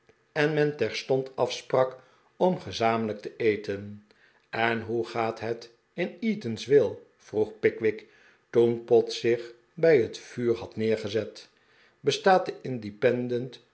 en men terstond afsprak om gezamenlijk te eten en hoe gaat het in eatanswill vroeg pickwick toen pott zich bij het vuur had neergezet bestaat de